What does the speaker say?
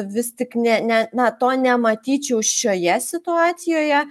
vis tik ne ne na to nematyčiau šioje situacijoje